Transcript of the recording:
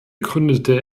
gründete